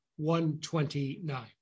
129